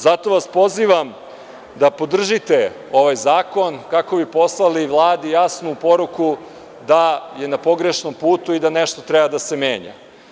Zato vas pozivam da podržite ovaj zakon i kako bi poslali Vladi jasnu poruku da je na pogrešnom putu i da nešto treba da se menja.